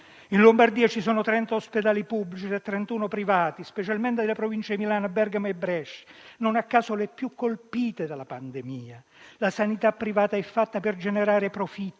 In Lombardia ci sono 30 ospedali pubblici e 31 privati, specialmente nelle Province di Milano, Bergamo e Brescia, non a caso, le più colpite dalla pandemia. La sanità privata è fatta per generare profitto: